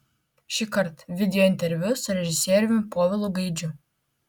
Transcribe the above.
šįkart videointerviu su režisieriumi povilu gaidžiu